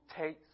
takes